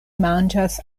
manĝas